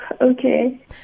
okay